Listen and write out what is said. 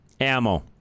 Ammo